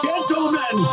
Gentlemen